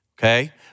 Okay